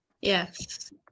Yes